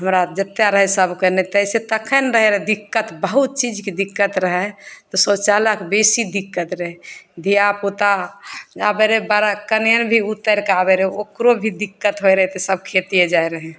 हमरा जतेक रहै सभके नहि तऽ से तखन रहै रहै दिक्कत बहुत चीजके दिक्कत रहै तऽ शौचालयके बेसी दिक्कत रहै धिआपुता जाइ पड़ै बाहर कनिआइन भी उतरिके आबै रहै ओकरो भी दिक्कत होइ रहै तऽ सब खेते जाइ रहै